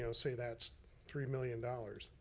you know say that's three million dollars